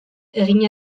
egin